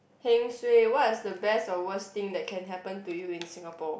heng suay what is the best or worst thing that can happen to you in Singapore